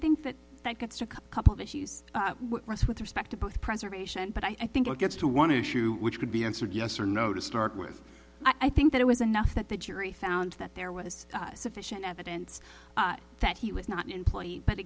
that that gets to a couple of issues with respect to both preservation but i think it gets to one issue which could be answered yes or no to start with i think that it was enough that the jury found that there was sufficient evidence that he was not employed but